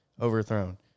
overthrown